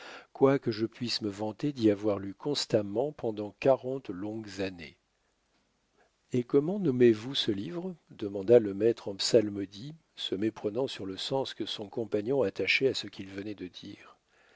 commentaire quoique je puisse me vanter d'y avoir lu constamment pendant quarante longues années et comment nommez-vous ce livre demanda le maître en psalmodie se méprenant sur le sens que son compagnon attachait à ce qu'il venait de dire